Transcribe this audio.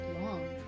long